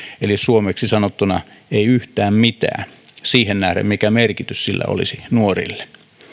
eli suomeksi sanottuna ei yhtään mitään siihen nähden mikä merkitys sillä olisi nuorille